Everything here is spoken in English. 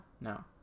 No